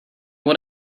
what